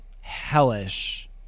hellish